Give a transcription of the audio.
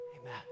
Amen